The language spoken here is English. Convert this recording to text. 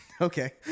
Okay